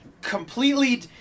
completely